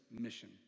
mission